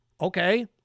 Okay